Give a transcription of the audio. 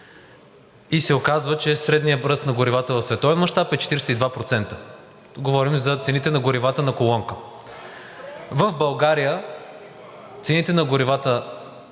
и се оказва, че средният ръст на горивата в световен мащаб е 42% – говорим за цените на горивата на колонка. В България цените на горивата